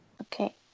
Okay